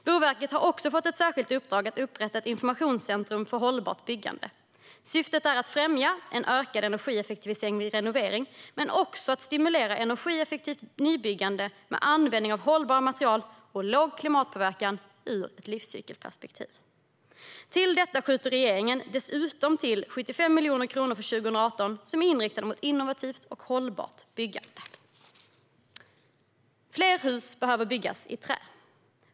Boverket har också fått ett särskilt uppdrag att upprätta ett informationscentrum för hållbart byggande. Syftet är att främja en ökad energieffektivisering vid renovering men också att stimulera energieffektivt nybyggande med användning av hållbara material och låg klimatpåverkan ur ett livscykelperspektiv. Till detta skjuter dessutom regeringen till 75 miljoner kronor för 2018 som är inriktat mot innovativt och hållbart byggande. Fler hus behöver byggas i trä.